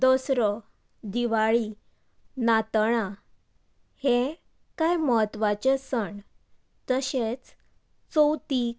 दसरो दिवाळी नातळां हें कांय महत्वाचे सण तशेंच चवथीक